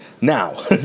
Now